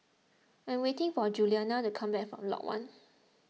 I am waiting for Juliana to come back from Lot one